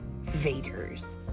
Vader's